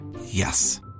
Yes